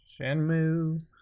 Shenmue